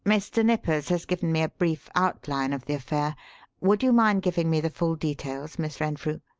mr. nippers has given me a brief outline of the affair would you mind giving me the full details, miss renfrew?